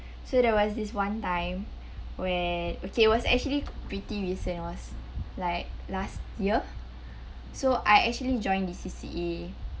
so there was this one time where okay was actually pretty recent was like last year so I actually join the C_C_A